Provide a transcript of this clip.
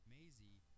Maisie